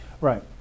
Right